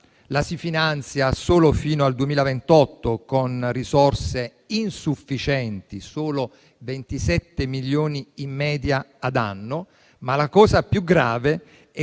La si finanzia solo fino al 2028, con risorse insufficienti: solo 27 milioni in media ad anno. La cosa più grave è